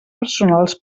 personals